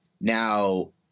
now